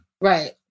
Right